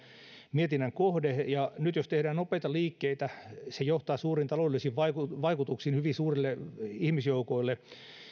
mietinnän kohde ja nyt jos tehdään nopeita liikkeitä se johtaa suuriin taloudellisiin vaikutuksiin vaikutuksiin hyvin suurille ihmisjoukoille